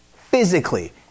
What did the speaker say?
Physically